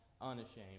unashamed